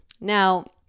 Now